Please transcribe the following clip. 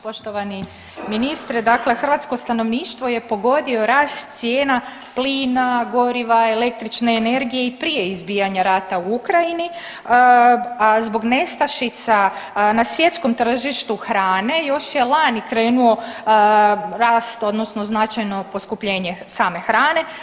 Poštovani ministre, dakle hrvatsko stanovništvo je pogodio rast cijena plina, goriva, električne energije i prije izbijanja rata u Ukrajini, a zbog nestašica na svjetskom tržištu hrane još je lani krenuo rast odnosno značajno poskupljenje same hrane.